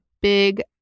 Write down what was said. big